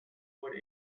wood